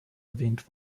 erwähnt